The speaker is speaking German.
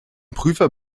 prüfer